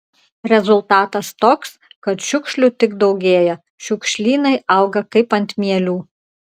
rezultatas toks kad šiukšlių tik daugėja šiukšlynai auga kaip ant mielių